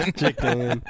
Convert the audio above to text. chicken